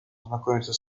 ознакомиться